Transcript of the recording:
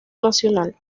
nacional